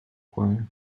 kłamie